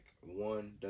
one